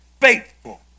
faithful